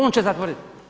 On će zatvorit?